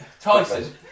Tyson